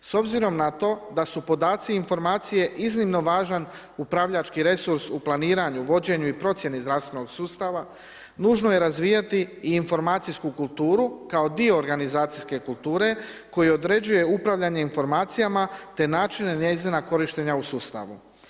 S obzirom na to da su podaci i informacije iznimno važan upravljački resurs u planiranju, vođenju i procjeni zdravstvenog sustava, nužno je razvijati i informacijsku kulturu kao dio organizacijske kulture koji određuje upravljanje informacijama te načine njezine korištenja u sustavu.